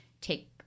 take